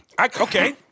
okay